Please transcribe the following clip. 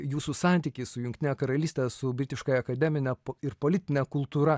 jūsų santykį su jungtine karalyste su britiškąja akademine ir politine kultūra